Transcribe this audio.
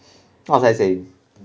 what was I saying